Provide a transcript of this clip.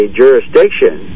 jurisdiction